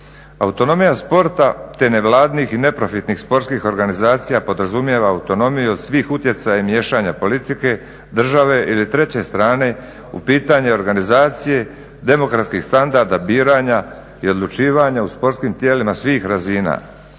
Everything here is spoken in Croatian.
autonomija sporta te nevladinih i neprofitnih sportskih organizacija podrazumijeva autonomiju od svih utjecaja miješanja politike države ili treće strane u pitanje organizacije demokratskih standarda, biranja i odlučivanja u sportskim tijelima svih razina.